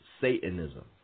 Satanism